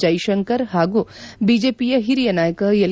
ಜೈಶಂಕರ್ ಪಾಗೂ ಬಿಜೆಪಿಯ ಓರಿಯ ನಾಯಕ ಎಲ್